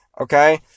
okay